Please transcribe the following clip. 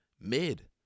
mid